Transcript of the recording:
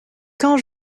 quand